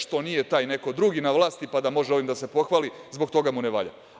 Što nije taj neko drugi na vlasti, pa da može ovim da se pohvali, zbog toga mu ne valja.